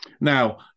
now